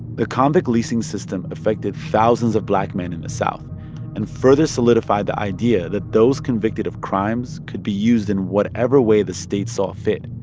the convict-leasing system affected thousands of black men in the south and further solidified the idea that those convicted of crimes could be used in whatever way the state saw fit.